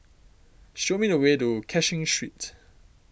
show me the way to Cashin Street